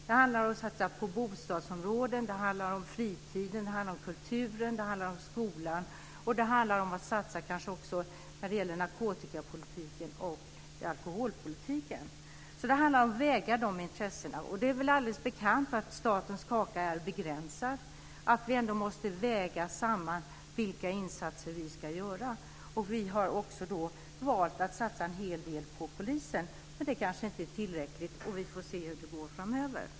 Det handlar om att satsa på bostadsområden. Det handlar om fritiden. Det handlar om kulturen. Det handlar om skolan. Det handlar om att satsa också när det gäller narkotikapolitiken och alkoholpolitiken. Man måste väga de intressena mot varandra. Det är väl allom bekant att statens kaka är begränsad och att vi måste göra en avvägning när det gäller insatserna. Vi har också valt att satsa en hel del på polisen, men det kanske inte är tillräckligt. Vi får se hur det går framöver.